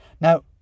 Now